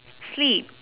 sleep